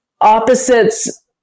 opposites